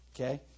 Okay